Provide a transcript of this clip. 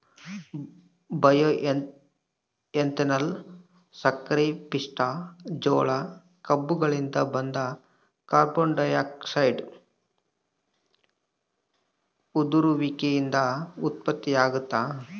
bioethanol ಸಕ್ಕರೆಪಿಷ್ಟ ಜೋಳ ಕಬ್ಬುಗಳಿಂದ ಬಂದ ಕಾರ್ಬೋಹೈಡ್ರೇಟ್ ಹುದುಗುಸುವಿಕೆಯಿಂದ ಉತ್ಪತ್ತಿಯಾಗ್ತದ